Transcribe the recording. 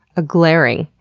a glaring.